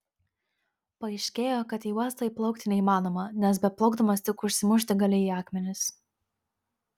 paaiškėjo kad į uostą įplaukti neįmanoma nes beplaukdamas tik užsimušti gali į akmenis